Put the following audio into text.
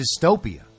dystopia